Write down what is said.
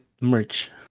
merch